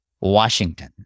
washington